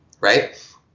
right